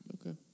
Okay